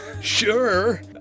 sure